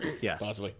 yes